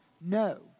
No